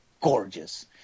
gorgeous